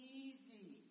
easy